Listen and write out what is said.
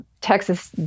Texas